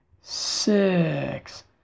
six